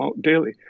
daily